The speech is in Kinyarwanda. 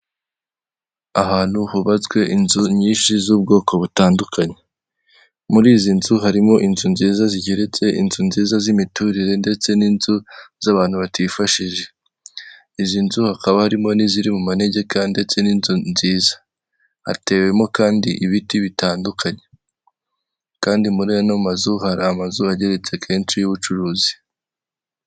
Ahantu hubatswe inzu nyinshi z'ubwoko butandukanye. Muri izi nzu harimo inzu nziza zigeretse, inzu nziza z'imiturire ndetse n'inzu z'abantu batifashije. Izi nzu hakaba harimo n'iziri mu manegeka ndetse n'inzu nziza. Hatewemo kandi ibiti bitandukanye kandi muri ano mazu hari amazu agereretse kenshi y'ubucuruzi.